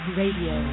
radio